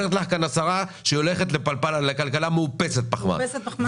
אומרת לך השרה שהיא הולכת לכלכלה מאופסת פחמן.